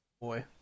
Boy